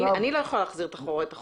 אני לא יכולה להחזיר אחורה את החוק.